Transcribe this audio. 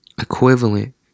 equivalent